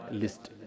list